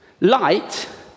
Light